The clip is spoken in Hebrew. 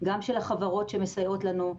גם של החברות שמסייעות לנו.